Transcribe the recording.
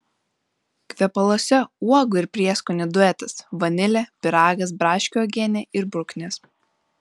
kvepaluose uogų ir prieskonių duetas vanilė pyragas braškių uogienė ir bruknės